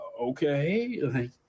okay